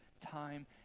time